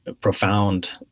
profound